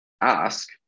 Ask